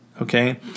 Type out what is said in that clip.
Okay